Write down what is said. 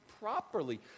properly